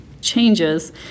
changes